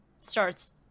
starts